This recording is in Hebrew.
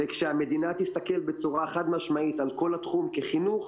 וכשהמדינה תסתכל בצורה חד משמעית על כל התחום כחינוך,